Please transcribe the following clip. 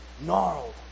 gnarled